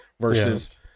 versus